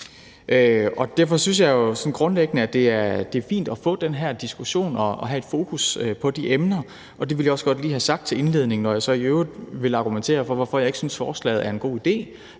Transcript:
grundlæggende, at det er fint at få den her diskussion og have et fokus på de emner. Det ville jeg godt lige få sagt til indledning, når jeg så i øvrigt vil argumentere for, hvorfor jeg ikke synes, at forslaget er en god idé,